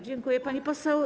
Dziękuję, pani poseł.